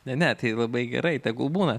ne ne tai labai gerai tegul būna